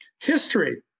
History